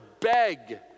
beg